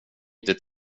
inte